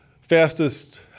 fastest